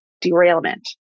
derailment